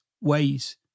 ways